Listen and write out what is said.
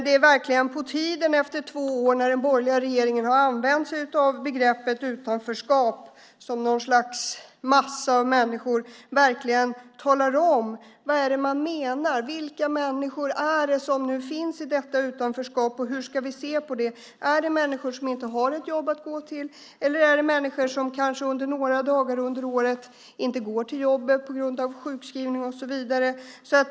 Det är verkligen på tiden att den borgerliga regeringen, efter att i två år ha använt sig av begreppet utanförskap som någon slags massa av människor, talar om vad det är man menar. Vilka människor är det som finns i detta utanförskap, och hur ska vi se på det? Är det människor som inte har ett jobb att gå till? Eller är det människor som kanske några dagar under året inte går till jobbet på grund av sjukskrivning?